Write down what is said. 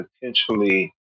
potentially